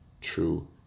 true